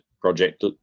project